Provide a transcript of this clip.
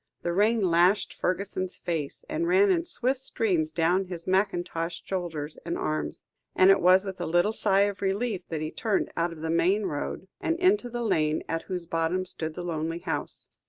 the rain lashed fergusson's face and ran in swift streams down his mackintoshed shoulders and arms and it was with a little sigh of relief that he turned out of the main road, and into the lane at whose bottom stood the lonely house.